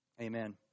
Amen